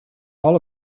all